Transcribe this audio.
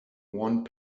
one